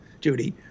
judy